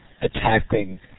attacking